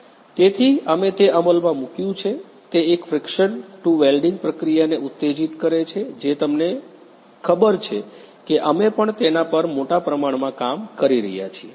તેથી અમે તે અમલમાં મૂક્યું છે તે એક ફિક્શન ટુ વેલ્ડીંગ પ્રક્રિયાને ઉત્તેજિત કરે છે જે તમને ખબર છે કે અમે પણ તેના પર મોટા પ્રમાણમાં કામ કરી રહ્યા છીએ